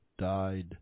died